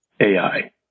AI